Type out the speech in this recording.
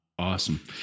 Awesome